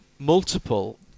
Multiple